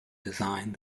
designed